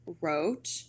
wrote